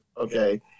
okay